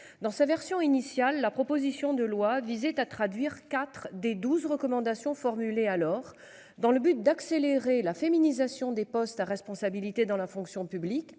dans sa version initiale, la proposition de loi visait à traduire IV des 12 recommandations formulées. Alors dans le but d'accélérer la féminisation des postes à responsabilité dans la fonction publique,